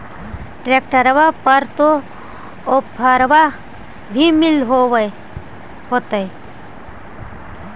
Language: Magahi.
ट्रैक्टरबा पर तो ओफ्फरबा भी मिल होतै?